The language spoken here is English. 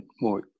more